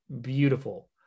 beautiful